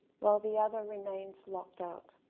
while the other remains locked out.